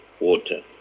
water